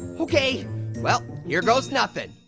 okay well, here goes nothing.